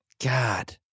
God